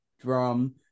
drum